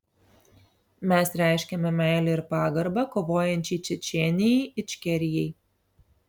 mes reiškiame meilę ir pagarbą kovojančiai čečėnijai ičkerijai